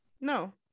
No